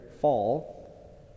fall